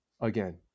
again